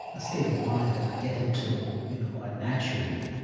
state of mind that i get into, you know, quite naturally.